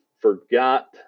forgot